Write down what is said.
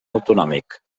autonòmic